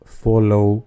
follow